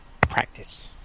practice